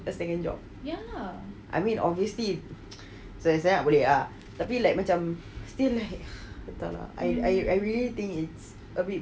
the second job ya I mean obviously saya nak saya boleh ah tapi like macam still !haiya! entahlah I really think it's a bit